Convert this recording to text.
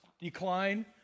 decline